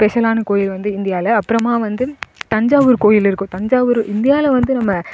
ஸ்பெஷல்லான கோவில் வந்து இந்தியாவில் அப்புறமா வந்து தஞ்சாவூர் கோவில் இருக்கும் தஞ்சாவூர் இந்தியாவில் வந்து நம்ம